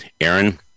Aaron